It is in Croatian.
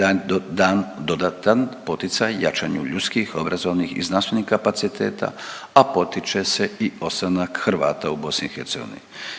dan, dan dodatan poticaj jačanju ljudskih obrazovnih i znanstvenih kapaciteta, a potiče se i ostanak Hrvata u BiH.